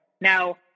now